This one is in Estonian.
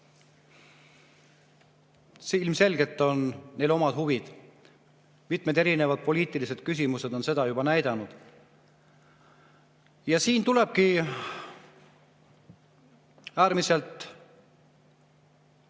Ilmselgelt on neil omad huvid. Mitmed poliitilised küsimused on seda juba näidanud. Siin tulebki äärmiselt